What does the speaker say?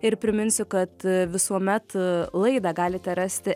ir priminsiu kad visuomet laidą galite rasti